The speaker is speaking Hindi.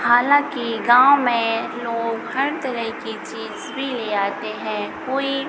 हालाँकि गाँव में लोग हर तरह की चीज़ भी ले आते हैं कोई